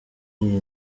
iyi